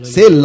Say